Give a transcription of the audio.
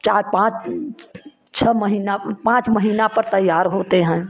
चार पाँच छः महीना पाँच महीना पर तैयार होते हैं